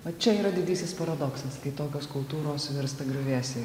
va čia yra didysis paradoksas kai tokios kultūros virsta griuvėsiais